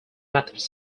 methods